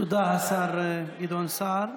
תודה, השר גדעון סער.